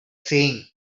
saying